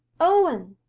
owen!